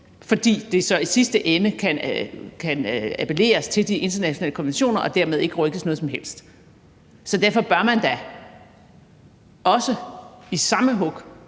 fordi der i sidste ende kan appelleres til de internationale konventioner, så der dermed ikke rykkes noget som helst. Så derfor bør man da også i samme hug